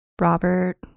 Robert